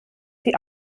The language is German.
sie